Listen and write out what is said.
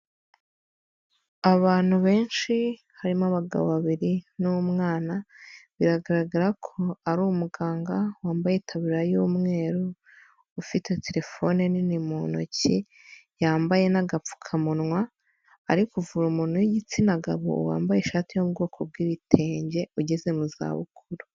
Abantu benshi harimo abagabo babiri n'umwana biragaragara ko ari umuganga wambaye itaburriya y'umweru ufite terefone nini mu ntoki, yambaye n'agapfukamunwa, ari kuvura umuntu w'igitsina gabo wambaye ishati yo mu bwoko bw'ibitenge ugeze mu za bukuru.